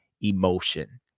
emotion